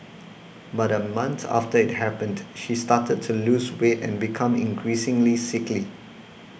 but a month after it happened she started to lose weight and became increasingly sickly